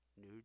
New